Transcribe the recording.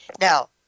Now